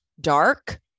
dark